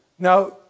Now